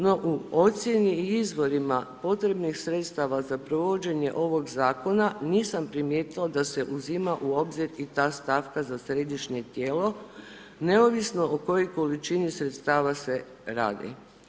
No u ocijeni i izvorima potrebnih sredstava za provođenje ovog zakona, nisam primijetila da se preuzima u obzir i ta stavka za središnje tijelo, neovisno o kojoj količini sredstava se radi.